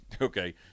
Okay